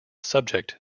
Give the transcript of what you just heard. subject